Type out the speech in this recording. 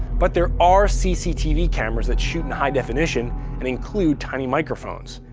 but there are cctv cameras that shoot in high definition and include tiny microphones.